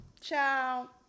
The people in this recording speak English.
Ciao